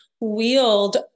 wield